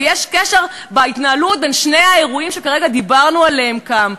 ויש קשר בהתנהלות בין שני האירועים שכרגע דיברנו עליהם כאן.